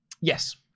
yes